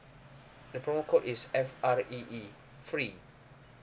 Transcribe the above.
the promo code is F R E E free